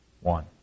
One